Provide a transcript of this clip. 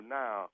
now